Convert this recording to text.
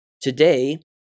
Today